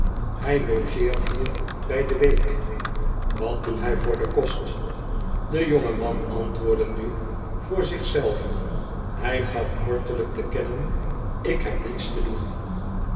hij logeert hier bij de week wat doet hij voor den kost de jonge man antwoordde nu voor zich zeiven hij gaf kortelijk te kennen ik heb niets te doen